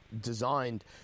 designed